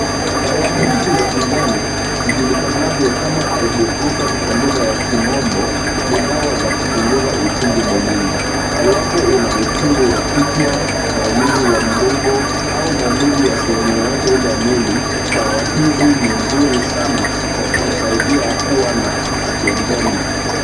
Dawa hizi za kijani zijulikanavyo kama Ibuprufen kwa kugha ya kimombo, ni dawa za kupunguza uchungu mwilini. Iwapo una uchungu wa kichwa, maumivu ya mgongo au maumivu ya sehemu yoyote ile ya mwili, dawa hizi ni nzuri sana kwa kukusaidia kuwa na afya njema.